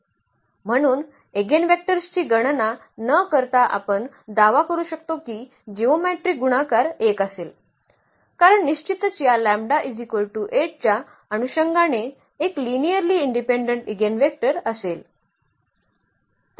म्हणून एगिनवेक्टर्सची गणना न करता आपण दावा करू शकतो की जिओमेट्रीक गुणाकार 1 असेल कारण निश्चितच या λ 8 च्या अनुषंगाने एक लिनिअर्ली इंडिपेंडेंट इगेनवेक्टर असेल